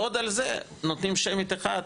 עוד על זה נותנים שמית אחת.